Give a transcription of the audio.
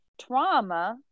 trauma